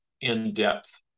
in-depth